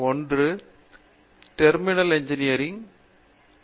ஒன்று terminal engineering என்று அழைக்கப்படுகிறது